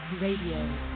Radio